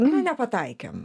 nu nepataikėm